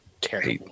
terrible